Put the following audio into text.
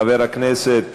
חבר הכנסת